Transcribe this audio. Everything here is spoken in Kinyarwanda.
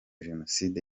jenoside